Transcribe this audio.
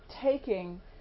taking